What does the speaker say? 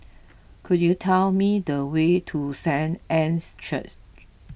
could you tell me the way to Saint Anne's Church